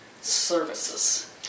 services